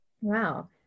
Wow